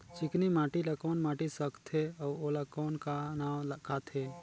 चिकनी माटी ला कौन माटी सकथे अउ ओला कौन का नाव काथे?